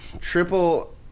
Triple